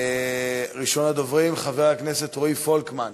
ראשון הדוברים, חבר הכנסת רועי פולקמן,